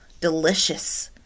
delicious